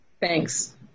Thanks